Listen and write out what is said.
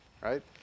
right